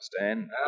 understand